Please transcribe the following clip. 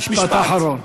משפט אחרון.